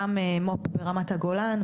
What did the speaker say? גם מו"פ ברמת הגולן,